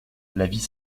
l’avis